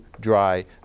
dry